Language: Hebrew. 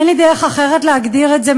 אין לי דרך אחרת להגדיר את זה,